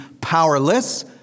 powerless